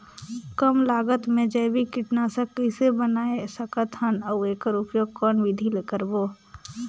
कम लागत मे जैविक कीटनाशक कइसे बनाय सकत हन अउ एकर उपयोग कौन विधि ले करबो?